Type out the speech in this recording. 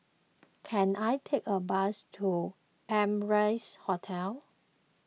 can I take a bus to Amrise Hotel